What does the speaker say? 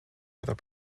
other